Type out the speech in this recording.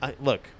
look